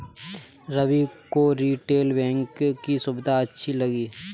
रवि को retail banking की सुविधाएं अच्छी लगी